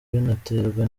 binaterwa